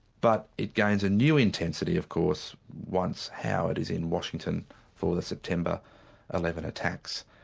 but it gains a new intensity of course, once howard is in washington for the september eleven attacks,